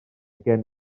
gen